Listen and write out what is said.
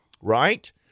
right